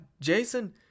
Jason